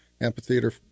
amphitheater